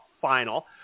final